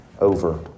over